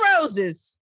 Roses